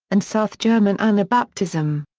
and south german anabaptism.